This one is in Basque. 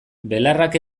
belarrak